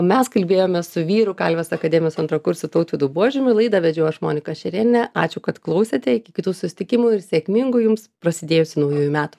mes kalbėjomės su vyrų kalvės akademijos antrakursiu tautvydu buožiumi laidą vedžiau aš monika šerėnienė ačiū kad klausėte iki kitų susitikimų ir sėkmingų jums prasidėjusių naujųjų metų